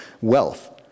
wealth